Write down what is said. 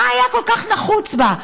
מה היה כל כך נחוץ בה?